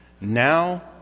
Now